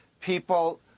people